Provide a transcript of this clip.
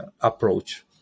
approach